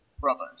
brothers